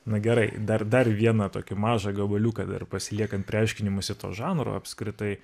na gerai dar dar vieną tokį mažą gabaliuką dar pasiliekam prie aiškinimosi to žanro apskritai